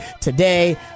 Today